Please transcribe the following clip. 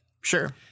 Sure